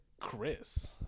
Chris